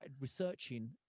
researching